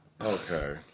Okay